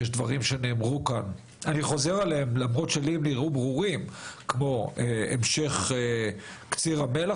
יש דברים שנאמרו כאן ואני חושב עליהם כמו המשך קציר המלח,